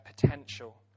potential